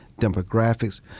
demographics